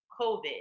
COVID